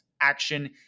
action